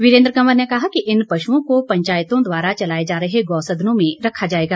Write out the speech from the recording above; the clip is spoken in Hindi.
वीरेन्द्र कंवर ने कहा कि इन पश्ओं को पंचायतों द्वारा चलाए जा रहे गौ सदनों में रखा जाएगा